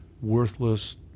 worthless